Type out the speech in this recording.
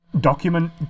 document